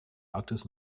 arktis